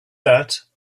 that